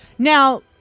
Now